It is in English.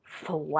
flat